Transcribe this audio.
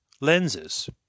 lenses